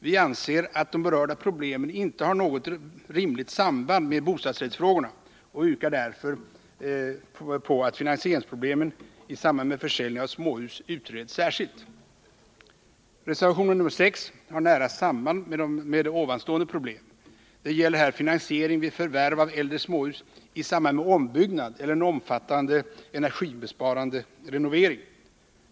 Vi anser att de berörda problemen icke har något rimligt samband med bostadsrättsfrågorna och yrkar därför på att finansieringsproblemen i samband med försäljning av småhus utreds särskilt. Reservationen nr 6 har nära samband med nämnda problem. Det gäller här Nr 46 finansiering vid förvärv av äldre småhus i samband med ombyggnad eller en omfattande energisparande renovering.